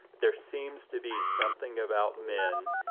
there seems to be something about men.